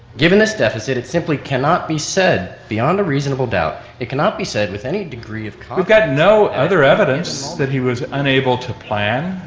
given this deficit, it simply cannot be said beyond a reasonable doubt, it cannot be said with any degree of confidence. we've got no other evidence that he was unable to plan,